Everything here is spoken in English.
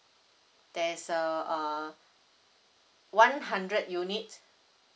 there is uh ah one hundred unit